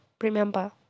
remember